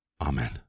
Amen